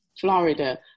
Florida